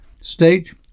state